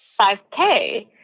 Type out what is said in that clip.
5k